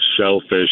shellfish